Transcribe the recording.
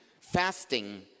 fasting